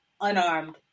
unarmed